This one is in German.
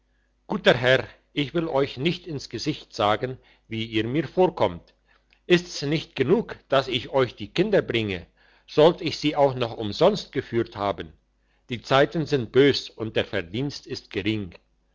guter herr ich will euch nicht ins gesicht sagen wie ihr mir vorkommt ist's nicht genug dass ich euch die kinder bringe sollt ich sie auch noch umsonst geführt haben die zeiten sind bös und der verdienst ist gering